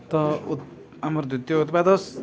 ତ ଆମର୍ ଦ୍ଵିତୀୟ ଉତ୍ପାଦ